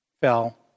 fell